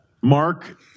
Mark